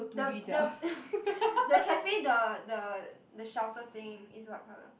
the the the cafe the the the shelter thing is what colour